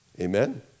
Amen